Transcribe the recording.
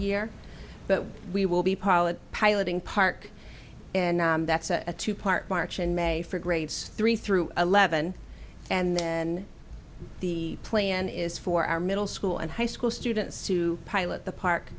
year but we will be pilot piloting park and that's a two part march in may for grades three through eleven and then the plan is for our middle school and high school students to pilot the park